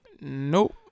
Nope